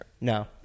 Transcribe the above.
no